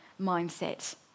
mindset